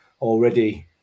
already